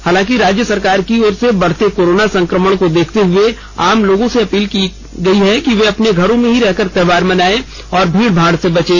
हालांकि राज्य सरकार की ओर से बढ़ते कोरोना संकमण को देखते हुए आम लोगों से अपील की गई है कि वे अपने घरों में ही रहकर त्योहार मनायें और भीड़ भाड़ से बचें